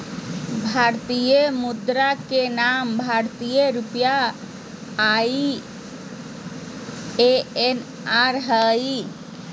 भारतीय मुद्रा के नाम भारतीय रुपया आई.एन.आर हइ